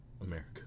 America